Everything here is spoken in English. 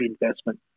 investment